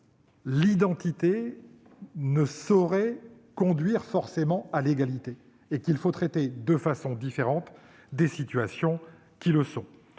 l'identité ne saurait forcément conduire à l'égalité et qu'il faut traiter de façon différente les situations qui ne sont